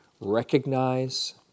recognize